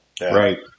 Right